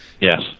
Yes